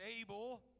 able